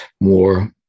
more